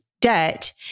debt